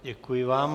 Děkuji vám.